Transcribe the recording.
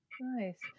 Nice